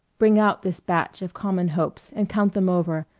bring out this batch of common hopes and count them over,